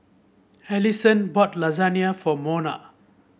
Allison bought Lasagne for Monna